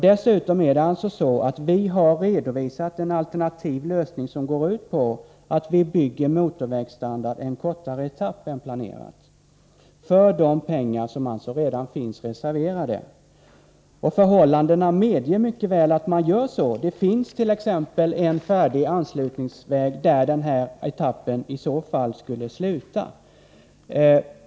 Dessutom har vi redovisat en alternativ lösning som går ut på att vi åstadkommer motorvägsstandard en kortare etapp än planerat, för de pengar som alltså redan finns reserverade. Förhållandena medger mycket väl att man gör så. Det finns t.ex. en färdig anslutningsväg där den här etappen i så fall skulle sluta.